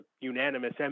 unanimous